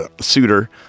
suitor